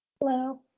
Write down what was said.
Hello